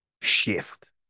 shift